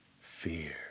fear